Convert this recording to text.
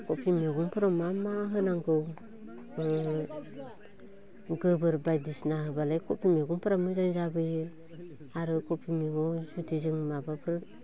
खबि मैगंफोराव मा मा होनांगौ बे गोबोर बायदिसिना होबालाय मैगंफोरा मोजां जाबोयो आरो खबि मैगं जुदि जों माबाफोर